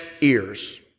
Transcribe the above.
ears